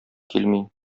килми